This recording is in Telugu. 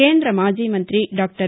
కేంద్ర మాజీ మంతి డాక్లర్